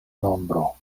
nombro